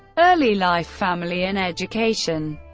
early life, family, and education